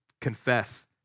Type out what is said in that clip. confess